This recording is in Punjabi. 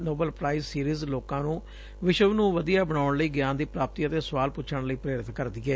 ਨੋਬੇਲ ਪ੍ਰਾਈਜ਼ ਸੀਰੀਜ਼ ਲੋਕਾਂ ਨੂੰ ਵਿਸ਼ਵ ਨੂੰ ਵਧੀਆ ਬਣਾਉਣ ਲਈ ਗਿਆਨ ਦੀ ਪੂਾਪਤੀ ਅਤੇ ਸੁਆਲ ਪੁੱਛਣ ਲਈ ਪੇਰਿਤ ਕਰਦੀ ਏ